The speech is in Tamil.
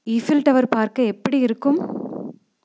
ஈஃபில் டவர் பார்க்க எப்படி இருக்கும்